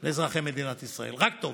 לאזרחי מדינת ישראל, רק טוב.